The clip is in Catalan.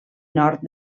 nord